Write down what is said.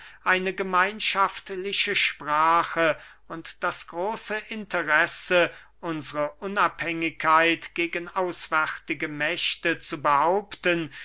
eine gemeinschaftliche sprache und das große interesse unsre unabhängigkeit gegen auswärtige mächte zu behaupten